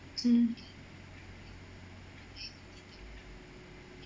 mm